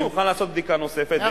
אני מוכן לעשות בדיקה נוספת.